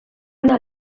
ona